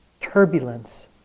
turbulence